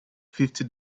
fifty